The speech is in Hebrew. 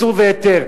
באיסור והיתר,